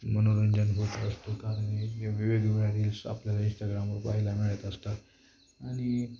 मनोरंजन होत असतो कारण हे वेगवेगळ्या रील्स आपल्याला इनस्टाग्रामवर पहायला मिळत असतात आणि